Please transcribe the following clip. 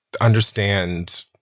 understand